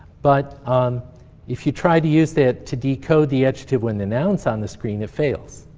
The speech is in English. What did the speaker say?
but um if you try to use it to decode the adjective when the noun's on the screen, it fails.